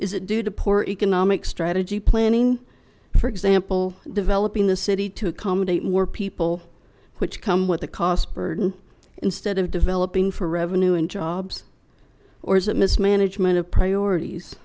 is it due to poor economic strategy planning for example developing the city to accommodate more people which come with the cost burden instead of developing for revenue and jobs or is it mismanagement of priorities